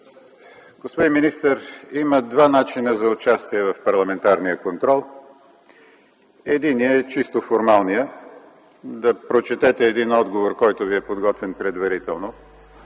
Господин министър, има два начина за участие в парламентарния контрол. Единият е чисто формалният – да прочетете един отговор, който Ви е подготвен предварително,